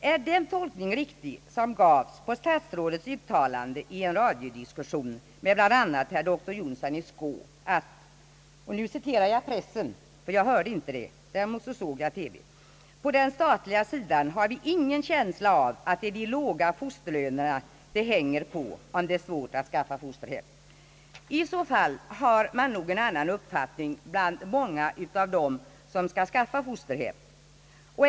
Är den tolkning riktig som gavs av statsrådets uttalande i en radiodiskussion med bl.a. doktor Jonsson i Skå att — och nu citerar jag pressen ty jag hörde inte diskussionen men jag såg TV-programmet — »på den statliga sidan har vi ingen känsla av att det är de låga fosterlönerna det hänger på, om det är svårt att skaffa fosterhem». I så fall har nog många av dem som skall skaffa fosterhem en annan uppfattning.